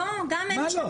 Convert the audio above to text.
לא, אבל גם הם משתמשים.